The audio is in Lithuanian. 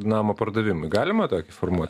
namo pardavimui galima tokį formuot